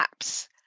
apps